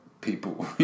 People